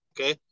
Okay